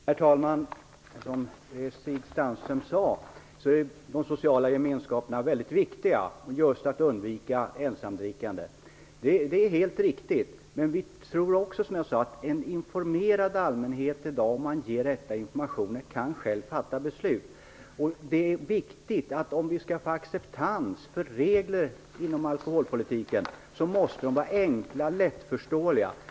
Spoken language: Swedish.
Herr talman! Som Stig Sandström sade är de sociala gemenskaperna viktiga just när det gäller att undvika ensamdrickande. Det är helt riktigt, men vi tror också, som jag sade, att en informerad allmänhet i dag själv kan fatta beslut, om man ger en riktig information. Om vi skall få acceptans för regler inom alkoholpolitiken måste de vara enkla och lättförståeliga.